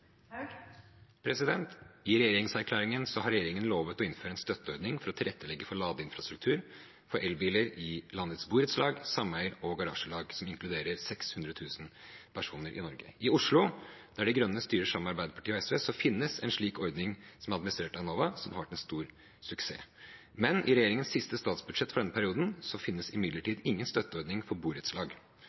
har regjeringen lovet å innføre en støtteordning for å tilrettelegge for ladeinfrastruktur for elbiler i landets borettslag, sameier og garasjelag, som inkluderer 600 000 personer i Norge. I Oslo, der De Grønne styrer sammen med Arbeiderpartiet og SV, finnes en slik ordning. Den er administrert av Enova og har vært en stor suksess. Men i regjeringens siste statsbudsjett for denne perioden, finnes imidlertid ingen støtteordning for borettslag,